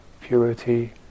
purity